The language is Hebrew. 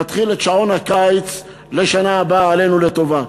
נתחיל את שעון הקיץ בשנה הבאה עלינו לטובה.